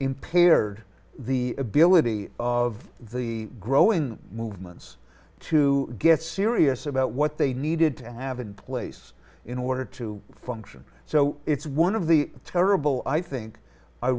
impaired the ability of the growing movements to get serious about what they needed to have in place in order to function so it's one of the terrible i think i